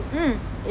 mmhmm